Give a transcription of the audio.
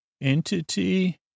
entity